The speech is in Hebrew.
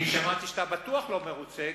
אני שמעתי שאתה בטוח לא מרוצה,